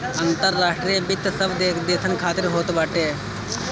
अंतर्राष्ट्रीय वित्त सब देसन खातिर होत बाटे